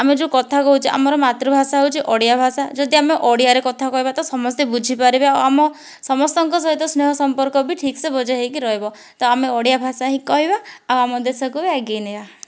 ଆମେ ଯେଉଁ କଥା କହୁଛେ ଆମର ମାତୃଭାଷା ହେଉଛି ଓଡ଼ିଆ ଭାଷା ଯଦି ଆମେ ଓଡ଼ିଆରେ କଥା କହିବା ତ ସମସ୍ତେ ବୁଝିପାରିବେ ଆଉ ଆମ ସମସ୍ତଙ୍କ ସହିତ ସ୍ନେହ ସମ୍ପର୍କ ବି ଠିକ୍ସେ ବଜାୟ ହୋଇକି ରହିବ ତ ଆମେ ଓଡ଼ିଆ ଭାଷା ହିଁ କହିବା ଆଉ ଆମ ଦେଶକୁ ବି ଆଗେଇ ନେବା